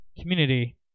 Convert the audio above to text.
community